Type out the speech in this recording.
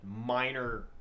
minor